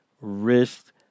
wrist